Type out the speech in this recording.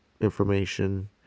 information